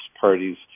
parties